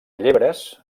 llebres